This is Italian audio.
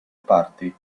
parti